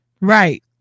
Right